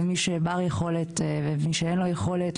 למי שבר-יכולת כמו למי שאין לו יכולת,